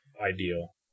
ideal